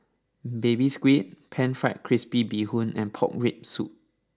Baby Squid Pan Fried Crispy Bee Hoon and Pork Rib Soup